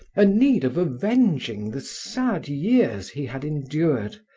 a need of avenging the sad years he had endured,